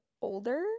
older